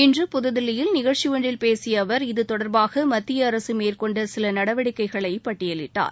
இன்று புதுதில்லியில் நிகழக்சி பேசிய அவர் இது தொடர்பாக மத்திய அரசு மேற்கொண்ட சில நடவடிக்கைகளை பட்டியலிட்டார்